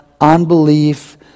unbelief